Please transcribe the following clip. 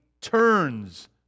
turns